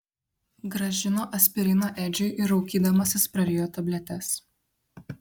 grąžino aspiriną edžiui ir raukydamasis prarijo tabletes